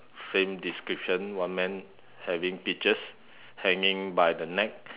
same description one man having peaches hanging by the neck